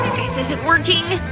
this isn't working!